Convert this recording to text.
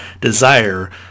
desire